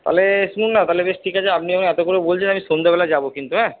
তালে শুনুন না তাহলে বেশ ঠিক আছে আপনি আমায় এত করে বলছেন আমি সন্ধেবেলায় যাব কিন্তু হ্যাঁ